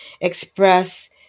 express